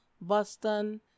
Boston